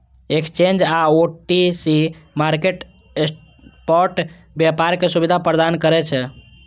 exchange आ OTC market spot व्यापार के सुविधा प्रदान करै छै